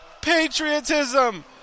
patriotism